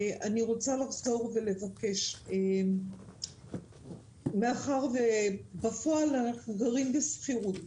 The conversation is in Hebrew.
אני רוצה לחזור ולבקש מאחר ובפועל אנחנו גרים בשכירות.